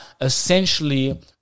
essentially